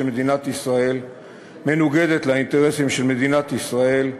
מדינת ישראל מנוגדת לאינטרסים של מדינת ישראל,